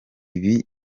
ibi